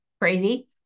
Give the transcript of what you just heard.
crazy